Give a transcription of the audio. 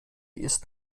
ist